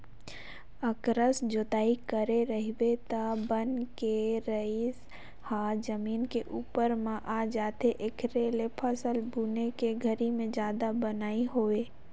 अकरस जोतई करे रहिबे त बन के जरई ह जमीन के उप्पर म आ जाथे, एखरे ले फसल बुने के घरी में जादा बन नइ होय